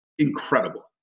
incredible